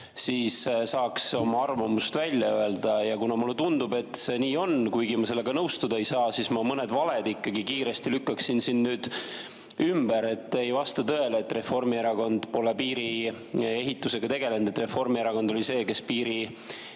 siis saaksid oma arvamuse välja öelda? Kuna mulle tundub, et see nii on – kuigi ma sellega nõustuda ei saa –, siis ma mõned valed kiiresti lükkaksin siin nüüd ümber. Ei vasta tõele, et Reformierakond pole piiri ehitusega tegelenud. Reformierakond oli see, kes piiri